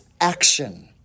action